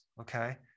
Okay